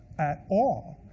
at all.